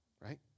right